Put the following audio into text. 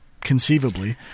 conceivably